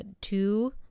two